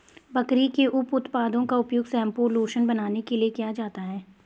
बकरी के उप उत्पादों का उपयोग शैंपू और लोशन बनाने के लिए किया जाता है